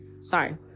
Sorry